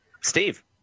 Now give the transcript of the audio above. Steve